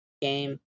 game